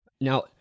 now